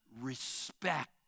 respect